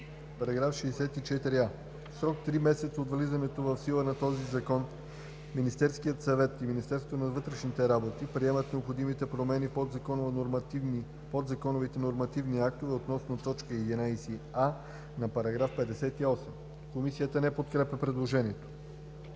64а: „§ 64а. В срок три месеца от влизането в сила на този закон Министерският съвет и Министерството на вътрешните работи приемат необходимите промени в подзаконовите нормативни актове относно т. 11а на § 58.“ Комисията не подкрепя предложението.